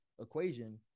equation